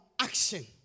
action